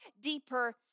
deeper